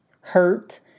hurt